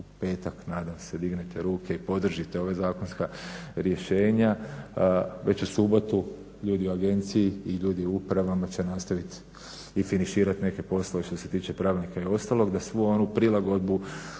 u petak nadam se dignete ruke i podržite ova zakonska rješenja, već u subotu ljudi u agenciji i ljudi u upravama će nastavit i finiširat neke poslove što se tiče pravilnika i ostalog da svu onu prilagodbu u